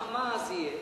מה אז יהיה?